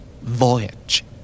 voyage